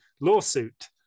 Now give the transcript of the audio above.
lawsuit